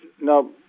now